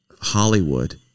Hollywood